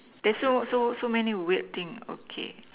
that's so so so many weird thing okay